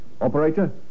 Operator